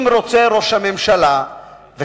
אם ראש הממשלה רוצה,